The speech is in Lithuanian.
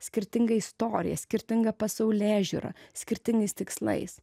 skirtinga istorija skirtinga pasaulėžiūra skirtingais tikslais